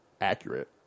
accurate